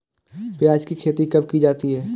प्याज़ की खेती कब की जाती है?